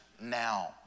now